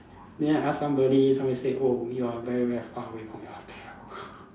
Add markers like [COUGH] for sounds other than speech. then I ask somebody somebody say oh you are very very far away from your hotel [LAUGHS]